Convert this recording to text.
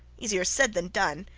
easier said than done.